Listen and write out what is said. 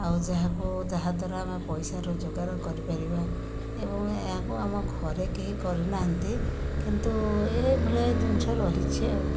ଆଉ ଯାହାକୁ ଯାହା ଦ୍ଵାରା ଆମେ ପଇସା ରୋଜଗାର କରି ପାରିବା ଏବଂ ଏହାକୁ ଆମ ଘରେ କେହି କରିନାହାଁନ୍ତି କିନ୍ତୁ ଏହିଭଳିଆ ଜିନିଷ ରହିଛି ଆଉ